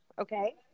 Okay